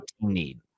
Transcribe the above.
need